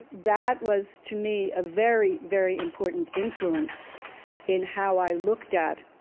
that was to me a very, very important influence in how i looked at